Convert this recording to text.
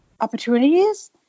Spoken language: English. opportunities